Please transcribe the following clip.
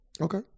Okay